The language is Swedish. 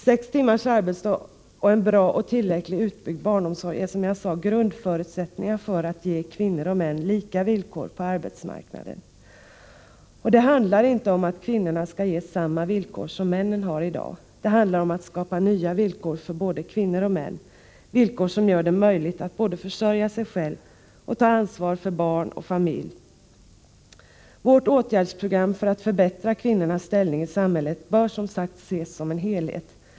Sex timmars arbetsdag och en bra och tillräckligt utbyggd barnomsorg är, som jag sade, grundförutsättningar för att ge kvinnor och män lika villkor på arbetsmarknaden. Det handlar inte om att kvinnorna skall ges samma villkor som männen har i dag. Det handlar om att skapa nya villkor för både kvinnor och män, villkor som gör det möjligt att både försörja sig själv och ta ansvar för barn och familj. Vårt åtgärdsprogram för att förbättra kvinnornas ställning i samhället bör som sagt ses som en helhet.